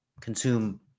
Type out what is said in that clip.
consume